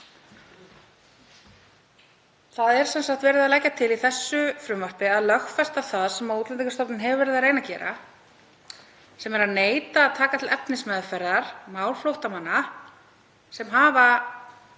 sagt verið að leggja til að lögfesta það sem Útlendingastofnun hefur verið að reyna að gera, sem er að neita að taka til efnismeðferðar mál flóttamanna sem hafa